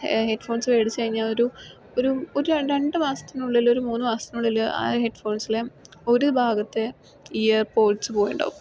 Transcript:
head phones വേടിച്ചു കഴിഞ്ഞാൽ ഒരു ഒരു ഒരു രണ്ടുമാസത്തിനുള്ളിൽ ഒരുമൂന്നുമാസത്തിനുള്ളിൽ ആ ഹെഡ് ഫോൺസിലെ ഒരു ഭാഗത്തെ ഇയർ പോഡ്സ് പോയിട്ടുണ്ടാകും